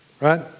right